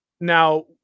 Now